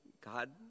God